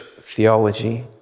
Theology